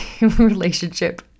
relationship